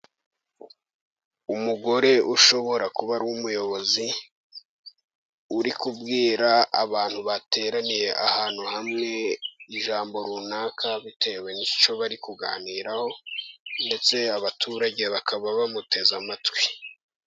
Umugore ushobora kuba ari umuyobozi, uri kubwira abantu bateraniye ahantu hamwe ijambo runaka bitewe n'icyo bari kuganiraho, ndetse abaturage bakaba bamuteze amatwi.